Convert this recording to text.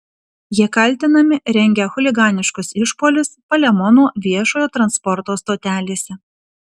jie kaltinami rengę chuliganiškus išpuolius palemono viešojo transporto stotelėse